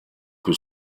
più